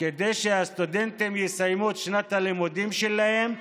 כדי שהסטודנטים יסיימו את שנת הלימודים שלהם,